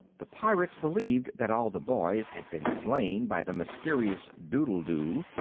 the pirates believed that all the boys had been slain by the mysterious doodledoo,